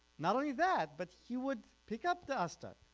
not only that but he would pick up the aztag,